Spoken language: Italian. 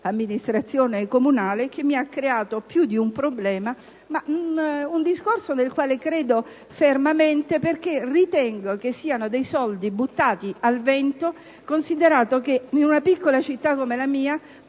amministrazione comunale, che mi ha creato più di un problema, ma nella quale credo fermamente perché ritengo siano dei soldi buttati al vento, considerato che, in una piccola città come la mia,